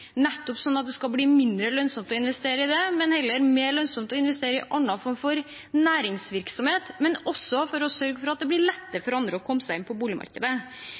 nettopp så det skal bli mindre lønnsomt å investere i det og mer lønnsomt å investere i andre former for næringsvirksomhet, men også for å sørge for at det blir lettere for andre å komme seg inn på boligmarkedet.